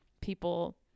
people